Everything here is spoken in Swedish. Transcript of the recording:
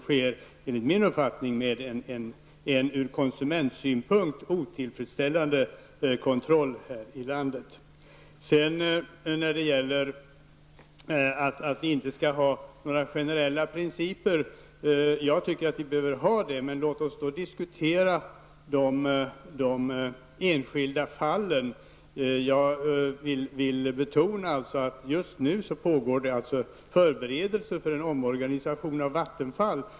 Den sker med en enligt min uppfattning ur konsumentsynpunkt otillfredsställande kontroll. Jag tycker att vi behöver generella principer. Låt oss då diskutera de enskilda fallen. Jag vill betona att det just nu pågår förberedelser för en omorganisation av Vattenfall.